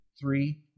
three